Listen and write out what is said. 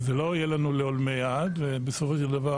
זה לא יהיה לנו לעולמי עד ובסופו של דבר